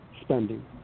spending